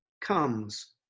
comes